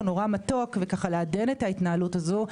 נורא מתוק וככה לעדן את ההתנהלות הזו,